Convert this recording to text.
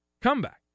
comeback